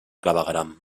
clavegueram